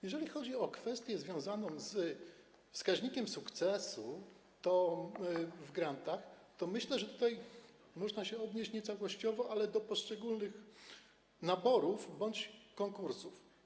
Jeżeli chodzi o kwestię związaną ze wskaźnikiem sukcesu w grantach, to myślę, że tutaj można się odnieść nie całościowo, ale do poszczególnych naborów bądź konkursów.